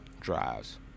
drives